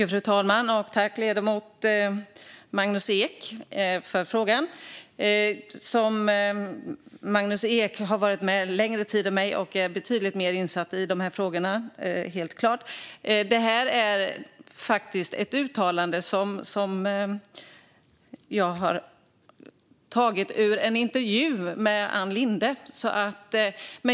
Fru talman! Tack, ledamot Magnus Ek, för frågan! Magnus Ek har varit med längre än jag och är helt klart betydligt mer insatt i de här frågorna. Det är faktiskt ett uttalande som jag har tagit från en intervju med Ann Linde.